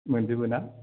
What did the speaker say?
मोनजोबो ना